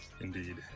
Indeed